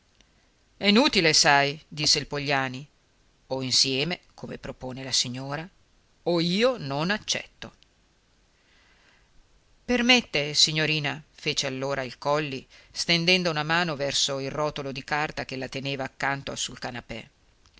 è inutile sai disse il pogliani o insieme come propone la signora o io non accetto permette signorina fece allora il colli stendendo una mano verso il rotolo di carta ch'ella teneva accanto sul canapè